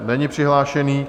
Není přihlášený.